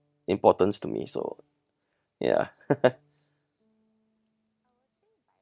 importance to me so ya